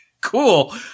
Cool